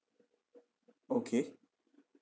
okay